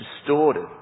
distorted